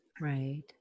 Right